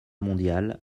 mondiale